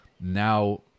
now